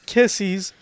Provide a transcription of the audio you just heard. kisses